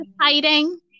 hiding